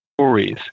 stories